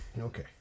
Okay